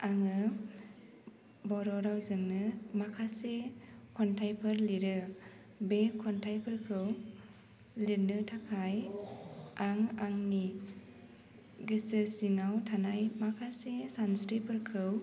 आङो बर' रावजोंनो माखासे खन्थाइफोर लिरो बे खन्थाइफोरखौ लिरनो थाखाय आं आंनि गोसो सिङाव थानाय माखासे सानस्रिफोरखौ